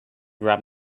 grab